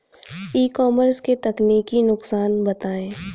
ई commerce के तकनीकी नुकसान बताएं?